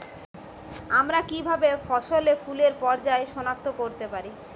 আমরা কিভাবে ফসলে ফুলের পর্যায় সনাক্ত করতে পারি?